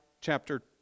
chapter